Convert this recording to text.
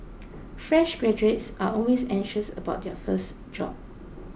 fresh graduates are always anxious about their first job